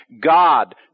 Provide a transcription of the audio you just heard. God